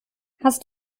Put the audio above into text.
hast